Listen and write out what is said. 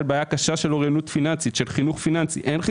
בעיה קשה של אוריינות פיננסית אין חינוך פיננסי.